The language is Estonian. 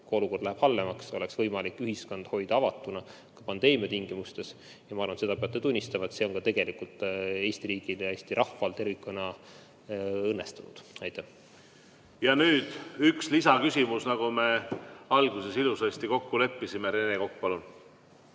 olukord läheb halvemaks, oleks võimalik ühiskond hoida avatuna ka pandeemia tingimustes. Ja ma arvan, et seda te peate tunnistama, et see on Eesti riigil ja Eesti rahval tervikuna tegelikult õnnestunud. Ja nüüd üks lisaküsimus, nagu me alguses ilusasti kokku leppisime. Rene Kokk, palun!